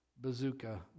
bazooka